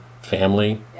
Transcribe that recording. family